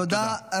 תודה.